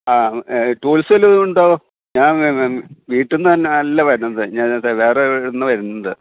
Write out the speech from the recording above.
ആ ടൂൾസ് വല്ലതും ഉണ്ടോ ഞാൻ വേ വേ വേ വീട്ടിൽ നിന്ന് അല്ല വരുന്നത് ഞാനത് വേറൊരിടത്തുനിന്നാണ് വരുന്നത്